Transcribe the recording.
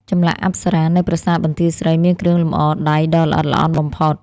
ចម្លាក់អប្សរានៅប្រាសាទបន្ទាយស្រី មានគ្រឿងលម្អដៃដ៏ល្អិតល្អន់បំផុត។